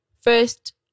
First